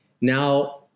Now